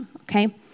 okay